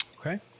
Okay